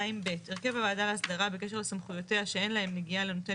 2 (ב') הרכב הוועדה להסדרה בקשר לסמכויותיה שאין להם נגיעה לנותן